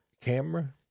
Camera